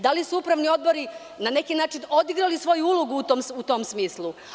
Da li su upravni odbori, na neki način, odigrali svoju ulogu u tom smislu?